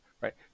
right